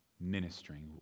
ministering